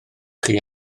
chi